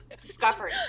discovery